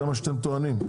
זה מה שאתם טוענים?